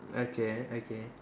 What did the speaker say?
okay okay